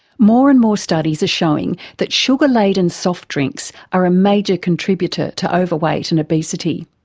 more and more studies are showing that sugar laden soft drinks are a major contributor to overweight and obesity,